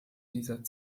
dieser